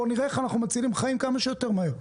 בוא נראה איך אנחנו מצילים חיים כמה שיותר מהר.